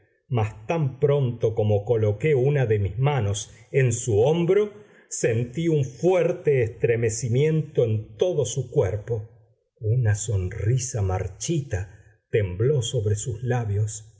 mas tan pronto como coloqué una de mis manos en su hombro sentí un fuerte estremecimiento en todo su cuerpo una sonrisa marchita tembló sobre sus labios